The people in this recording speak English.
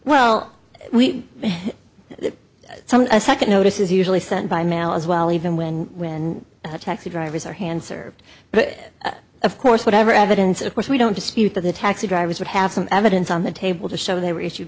well we saw a second notice is usually sent by mail as well even when the taxi drivers are hand served but of course whatever evidence of course we don't dispute that the taxi drivers would have some evidence on the table to show they were issue